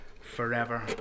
forever